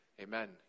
Amen